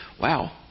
wow